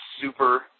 super